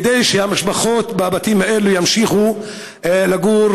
כדי שהמשפחות בבתים האלה ימשיכו לגור